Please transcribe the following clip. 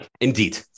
Indeed